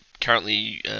currently